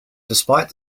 despite